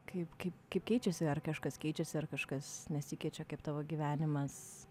kaip kaip kaip keičiasi ar kažkas keičiasi ar kažkas nesikeičia kaip tavo gyvenimas